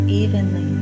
evenly